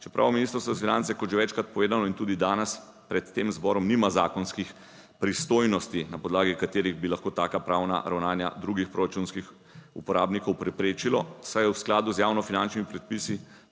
čeprav Ministrstvo za finance, kot že večkrat povedano in tudi danes pred tem zborom, nima zakonskih pristojnosti na podlagi katerih bi lahko taka pravna ravnanja drugih proračunskih uporabnikov preprečilo, saj je v skladu z javnofinančnimi predpisi